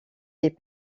des